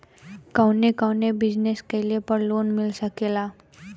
कवने कवने बिजनेस कइले पर लोन मिल सकेला?